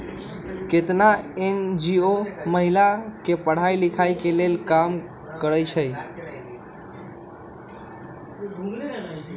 केतना एन.जी.ओ महिला के पढ़ाई लिखाई के लेल काम करअई छई